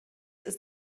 ist